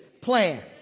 plan